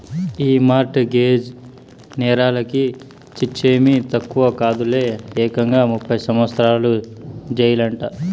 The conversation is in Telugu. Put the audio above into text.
ఈ మార్ట్ గేజ్ నేరాలకి శిచ్చేమీ తక్కువ కాదులే, ఏకంగా ముప్పై సంవత్సరాల జెయిలంట